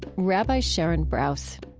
rabbi sharon brous